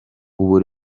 ubu